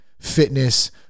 fitness